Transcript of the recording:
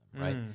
right